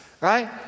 right